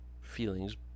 feelings